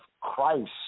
Christ